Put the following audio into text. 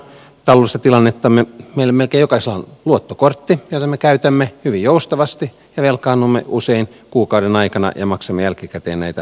meillä melkein jokaisella on luottokortti jota me käytämme hyvin joustavasti ja velkaannumme usein kuukauden aikana ja maksamme jälkikäteen näitä velkoja